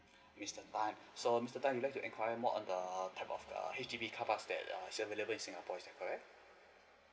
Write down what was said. mister tan so mister you would like to enquire more on the type of the H_D_B car parks that err is available in singapore is that correct